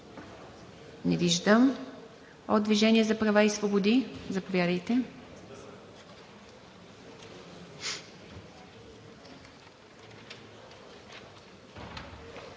Не виждам. От „Движение за права и свободи“ – заповядайте.